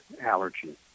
allergy